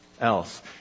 else